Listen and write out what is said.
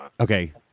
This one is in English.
okay